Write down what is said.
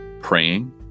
praying